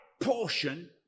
portion